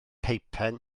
peipen